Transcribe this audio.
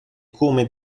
come